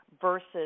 versus